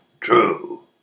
true